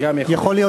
גם יכול להיות.